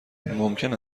ممکن